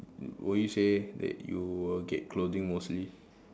will you say that you will get clothing mostly